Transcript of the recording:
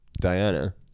Diana